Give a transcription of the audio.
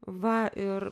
va ir